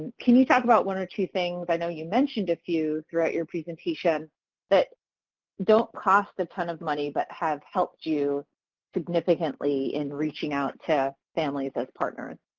can you talk about one or two things? i know you mentioned a few throughout your presentation that don't cost a ton of money but have helped you significantly in reaching out to families as partners?